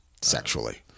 Sexually